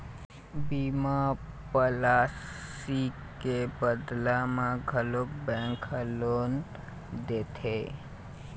बीमा पॉलिसी के बदला म घलोक बेंक ह लोन देथे